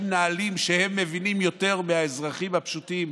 נעלים שמבינים יותר מהאזרחים הפשוטים.